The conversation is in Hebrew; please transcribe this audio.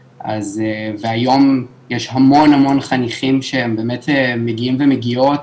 והיום יש המון המון חניכים שהם באמת מגיעים ומגיעות